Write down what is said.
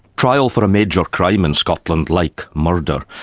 trial for a major crime in scotland like murder,